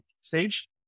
stage